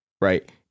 right